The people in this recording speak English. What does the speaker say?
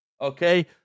okay